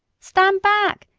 stand back,